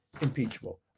impeachable